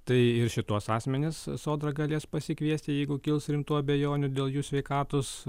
tai ir šituos asmenis sodra galės pasikviesti jeigu kils rimtų abejonių dėl jų sveikatos